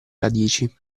radici